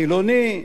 חילוני,